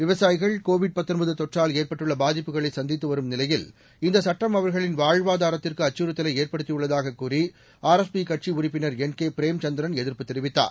விவசாயிகள் கோவிட் தொற்றால் ஏற்பட்டுள்ளபாதிப்புகளைசந்தித்தவரும் நிலையில் இந்தசட்டம் அவர்களின் வாழ்வதாரத்திற்குஅச்சுறுத்தலைஏற்படுத்தியுள்ளதாககூறிஆர்எஸ்பிகட்சிஉறுப்பினர் என்கேபிரேம் சந்திரன் எதிர்ப்பு தெரிவித்தார்